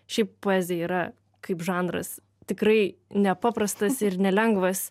šiaip poezija yra kaip žanras tikrai nepaprastas ir nelengvas